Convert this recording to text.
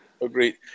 Agreed